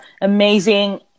amazing